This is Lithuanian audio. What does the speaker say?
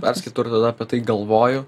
perskaitau ir tada apie tai galvoju